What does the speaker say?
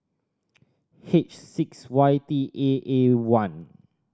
H six Y T A A one